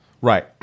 Right